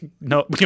No